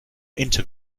inter